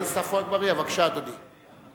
חבר הכנסת עפו אגבאריה, בבקשה, אדוני.